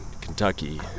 Kentucky